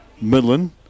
Midland